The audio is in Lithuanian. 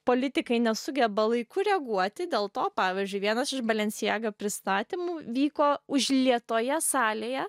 politikai nesugeba laiku reaguoti dėl to pavyzdžiui vienas iš balenciaga pristatymų vyko užlietoje salėje